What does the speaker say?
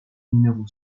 numéro